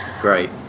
Great